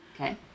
Okay